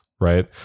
Right